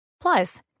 Plus